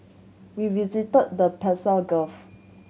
we visited the Persian Gulf